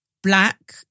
Black